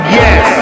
yes